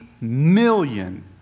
million